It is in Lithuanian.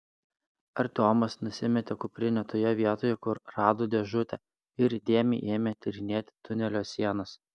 artiomas nusimetė kuprinę toje vietoje kur rado dėžutę ir įdėmiai ėmė tyrinėti tunelio sienas